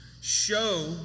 show